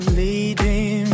leading